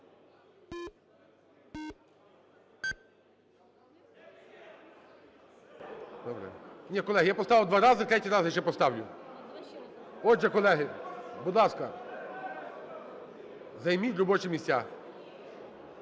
За-223 Ні, колеги. Я поставив два рази, третій раз ще поставлю. Отже, колеги, будь ласка, займіть робочі місця.